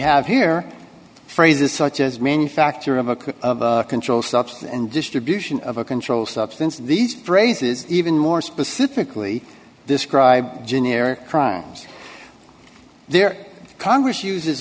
have here phrases such as manufacture of a controlled substance and distribution of a controlled substance these phrases even more specifically describe generic crimes there congress uses